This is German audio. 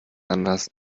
anders